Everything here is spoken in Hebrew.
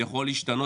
זה יכול להשתנות,